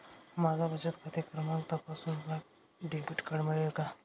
माझा बचत खाते क्रमांक तपासून मला डेबिट कार्ड मिळेल का?